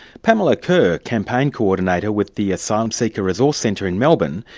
pamela kerr, campaign coordinator with the asylum seeker resource centre in melbourne,